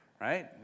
right